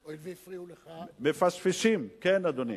הואיל והפריעו לך, מפשפשים, כן, אדוני.